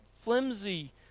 flimsy